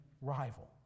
rival